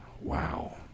Wow